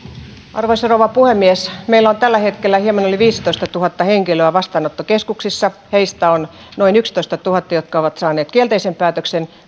arvoisa rouva puhemies meillä on tällä hetkellä hieman yli viisitoistatuhatta henkilöä vastaanottokeskuksissa heistä noin yksitoistatuhatta on sellaista jotka ovat saaneet kielteisen päätöksen